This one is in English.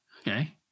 Okay